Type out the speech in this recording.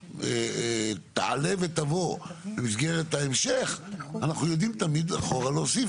שתעלה ותבוא במסגרת ההמשך אנחנו יודעים תמיד אחורה להוסיף.